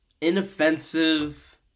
inoffensive